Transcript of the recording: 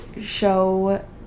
show